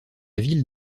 ville